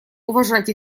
уважать